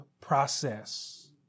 process